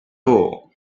all